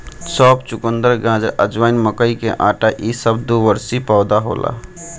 सौंफ, चुकंदर, गाजर, अजवाइन, मकई के आटा इ सब द्विवर्षी पौधा होला